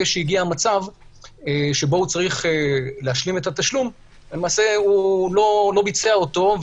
שהוא היה צריך להשלים את התשלום הוא לא ביצע אותו,